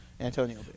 Antonio